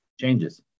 changes